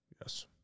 Yes